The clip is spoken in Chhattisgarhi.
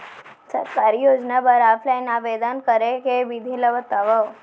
सरकारी योजना बर ऑफलाइन आवेदन करे के विधि ला बतावव